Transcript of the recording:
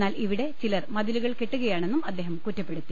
എന്നാൽ ഇവിടെ ചിലർ മതിലുകൾ കെട്ടു കയാണെന്നും അദ്ദേഹം കുറ്റപ്പെടുത്തി